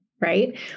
right